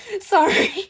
Sorry